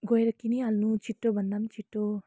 गएर किनिहाल्नु छिटो भन्दा छिटो